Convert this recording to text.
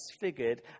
disfigured